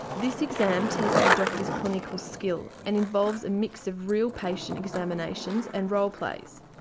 this exam tests the doctor's clinical skill and involves a mix of real patient examinations and role plays.